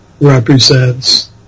represents